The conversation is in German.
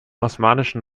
osmanischen